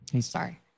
Sorry